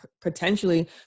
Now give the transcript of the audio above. potentially